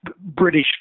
British